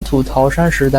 安土桃山时代